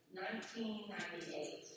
1998